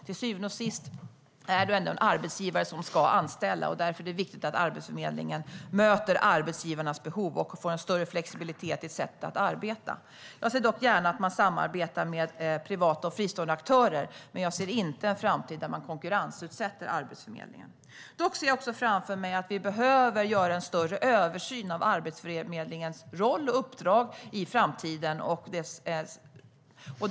Till syvende och sist är det arbetsgivarna som ska anställa, och därför är det viktigt att Arbetsförmedlingen möter arbetsgivarnas behov och får större flexibilitet i sättet att arbeta. Jag ser gärna att Arbetsförmedlingen samarbetar med privata och fristående aktörer, men jag ser inte en framtid där Arbetsförmedlingen konkurrensutsätts. Dock ser jag framför mig att vi behöver göra en omfattande översyn av Arbetsförmedlingens roll och uppdrag i framtiden.